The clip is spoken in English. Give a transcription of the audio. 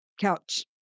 couch